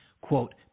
quote